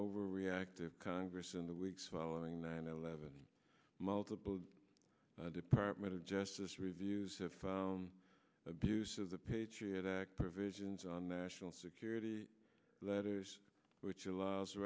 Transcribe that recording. overreactive congress in the weeks following nine eleven multiple department of justice reviews have found abuse of the patriot act provisions on national security letters which allows